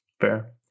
Fair